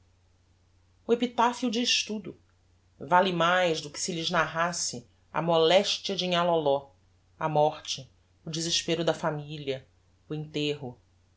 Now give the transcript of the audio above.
o epitaphio diz tudo vale mais do que se lhes narrasse a molestia de nhã loló a morte o desespero da familia o enterro